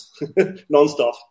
nonstop